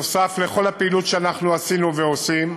נוסף על כל הפעילות שאנחנו עשינו ועושים,